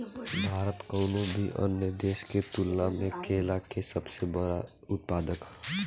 भारत कउनों भी अन्य देश के तुलना में केला के सबसे बड़ उत्पादक ह